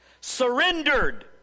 surrendered